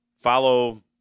follow